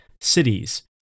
cities